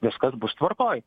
viskas bus tvarkoj